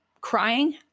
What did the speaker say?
crying